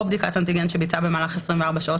או בדיקת אנטיגן שביצע במהלך 24 שעות